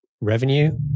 revenue